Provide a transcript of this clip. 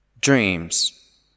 Dreams